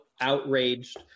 outraged